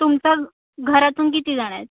तुमचा घरातून कितीजणं आहेत